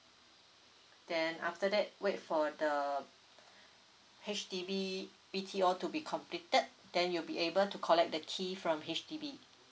then after that wait for the H_D_B B_T_O to be completed then you'll be able to collect the key from H_D_B